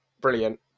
brilliant